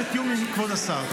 למועד אחר, בתיאום עם כבוד השר.